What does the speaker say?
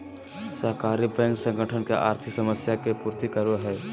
सहकारी बैंक संगठन के आर्थिक समस्या के पूर्ति करो हइ